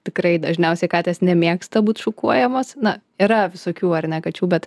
tikrai dažniausiai katės nemėgsta būti šukuojamos na yra visokių ar ne kačių bet